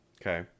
Okay